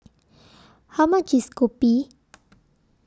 How much IS Kopi